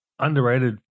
Underrated